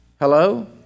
Hello